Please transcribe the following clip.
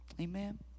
Amen